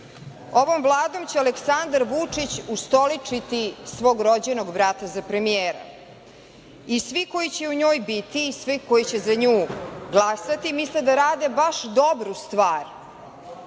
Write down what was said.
Ovom Vladom će Aleksandar Vučić ustoličiti svog rođenog brata za premijera. Svi koji će u njoj biti i svi koji će za nju glasati misle da rade baš dobru stvar